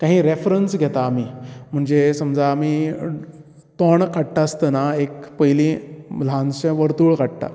काही रॅफरन्स घेतात आमी म्हणजे समजा आमी तोंड काडटा आसतना एक पयली ल्हानशें वर्तूळ काडटात